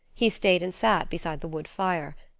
he stayed and sat beside the wood fire.